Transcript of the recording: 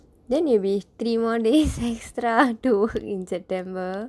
then it'll be three more days extra in september